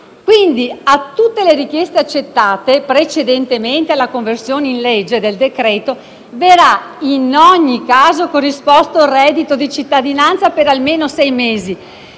Quindi, a tutte le richieste accettate precedentemente alla conversione in legge del decreto, verrà in ogni caso corrisposto il reddito di cittadinanza per almeno sei mesi,